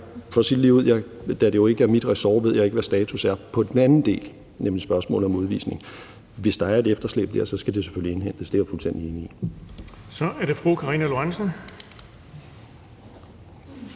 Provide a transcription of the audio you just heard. For at sige det ligeud: Da det jo ikke er mit ressort, ved jeg ikke, hvad status er på den anden del, nemlig spørgsmålet om udvisning. Hvis der er et efterslæb dér, skal det selvfølgelig indhentes. Det er jeg fuldstændig enig i. Kl. 12:32 Den fg. formand